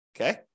Okay